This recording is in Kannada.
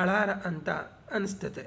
ಹಳಾರ ಅಂತ ಅನಸ್ತತೆ